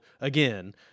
again